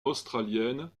australienne